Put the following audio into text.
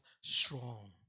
strong